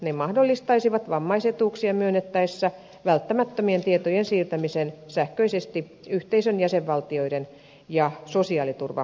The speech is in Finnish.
ne mahdollistaisivat vammaisetuuksia myönnettäessä välttämättömien tietojen siirtämisen sähköisesti yhteisön jäsenvaltioiden ja sosiaaliturvasopimusvaltioiden välillä